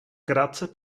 krátce